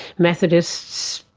methodists,